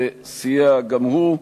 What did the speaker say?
שסייע גם הוא,